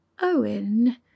Owen